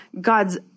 God's